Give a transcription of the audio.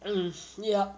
mm yup